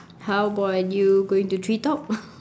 how about you going to tree top